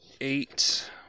eight